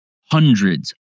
hundreds